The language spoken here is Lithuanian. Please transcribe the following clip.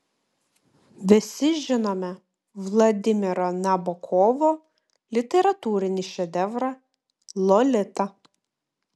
visi žinome vladimiro nabokovo literatūrinį šedevrą lolita